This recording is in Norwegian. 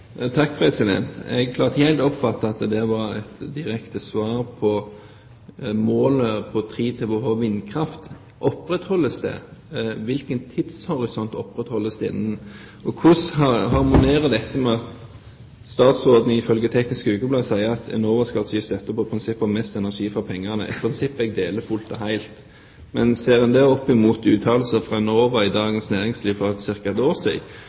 Jeg klarte ikke helt å oppfatte at det var et direkte svar på målet om 3 TWh vindkraft. Opprettholdes det? Innenfor hvilken tidshorisont opprettholdes det? Og hvordan harmonerer dette med at statsråden ifølge Teknisk Ukeblad sier at Enova skal gi støtte basert på prinsippet om «mest energi for pengene» – et prinsipp jeg deler fullt og helt. Men hvis en ser på uttalelser fra Enova i Dagens Næringsliv for ca. et år